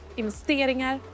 investeringar